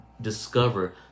discover